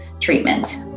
treatment